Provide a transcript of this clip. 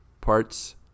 parts